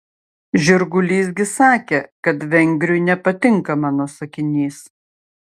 žirgulys gi sakė kad vengriui nepatinka mano sakinys